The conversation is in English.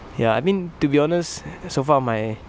ya I mean to be honest so far my